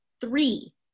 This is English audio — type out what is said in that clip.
three